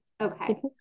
okay